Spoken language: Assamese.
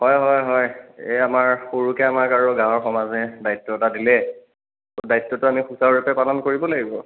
হয় হয় হয় এই আমাৰ সৰুকে আমাক আৰু গাঁৱৰ সমাজে দায়িত্ব এটা দিলে দায়িত্বটো আমি সুচাৰুৰূপে পালন কৰিব লাগিব আৰু